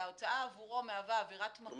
שההוצאה עבורו מהווה עבירת מקור --- את